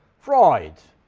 freud.